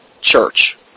Church